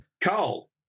Carl